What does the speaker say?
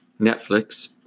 Netflix